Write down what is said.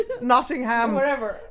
Nottingham